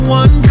one